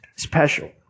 special